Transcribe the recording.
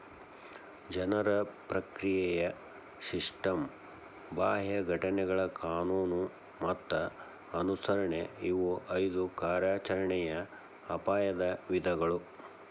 ಜನರ ಪ್ರಕ್ರಿಯೆಯ ಸಿಸ್ಟಮ್ ಬಾಹ್ಯ ಘಟನೆಗಳ ಕಾನೂನು ಮತ್ತ ಅನುಸರಣೆ ಇವು ಐದು ಕಾರ್ಯಾಚರಣೆಯ ಅಪಾಯದ ವಿಧಗಳು